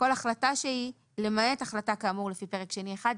"כל החלטה שהיא, למעט החלטה כאמור לפי פרק שני1".